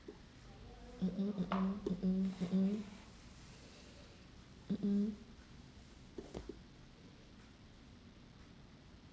mm mm mm mm mm mm mm mm mm mm